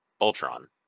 Ultron